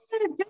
good